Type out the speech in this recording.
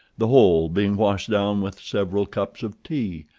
the whole being washed down with several cups of tea,